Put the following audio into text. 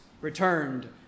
returned